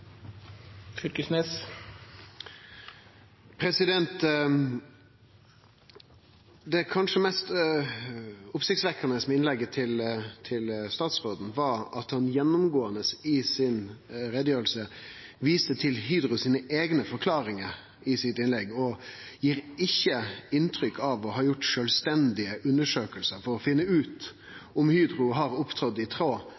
i fortsettelsen. Det kanskje mest oppsiktsvekkjande med innlegget til statsråden var at han i utgreiinga si gjennomgåande viste til Hydros eigne forklaringar og ikkje gav inntrykk av å ha gjort sjølvstendige undersøkingar for å finne ut om Hydro har opptredd i tråd